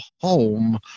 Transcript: home